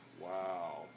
wow